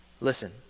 Listen